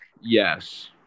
Yes